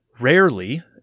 Rarely